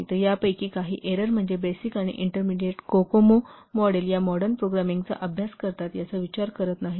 तर यापैकी काही एरर म्हणजे बेसिक आणि इंटरमेडिएट कोकोमो मॉडेल या मॉडर्न प्रोग्रामिंगचा काय अभ्यास करतात याचा विचार करत नाहीत